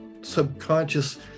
subconscious